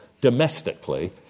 domestically